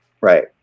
Right